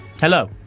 Hello